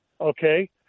Okay